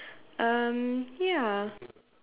um ya